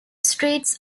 streets